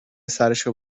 سرشو